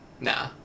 nah